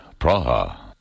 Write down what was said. Praha